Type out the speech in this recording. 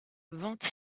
vante